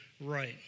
right